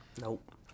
Nope